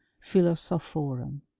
Philosophorum